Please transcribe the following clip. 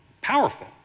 Powerful